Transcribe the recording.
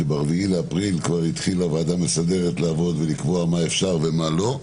כשב-4 לאפריל כבר התחילה הוועדה המסדרת לעבוד ולקבוע מה אפשר ומה לא,